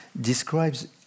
describes